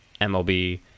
MLB